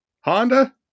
Honda